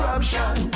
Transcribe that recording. Corruption